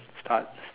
start